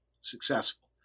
successful